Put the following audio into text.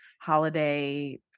holiday